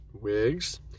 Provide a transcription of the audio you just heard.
wigs